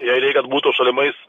jai reik kad būtų šalimais